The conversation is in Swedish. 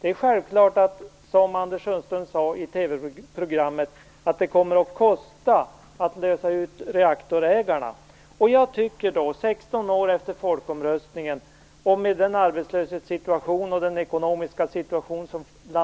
Det är självklart så som Anders Sundström sade i TV-programmet, att det kommer att kosta att lösa ut reaktorägarna. Jag tycker, 16 år efter folkomröstningen och med den arbetslöshet och ekonomiska situation som vi